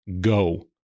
go